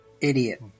Idiot